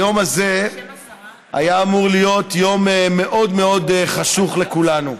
היום הזה היה אמור להיות יום מאוד מאוד חשוך לכולנו,